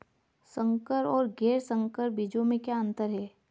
संकर और गैर संकर बीजों में क्या अंतर है?